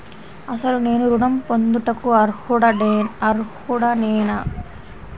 అసలు నేను ఋణం పొందుటకు అర్హుడనేన?